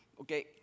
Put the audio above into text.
Okay